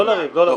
לא לריב, לא לריב.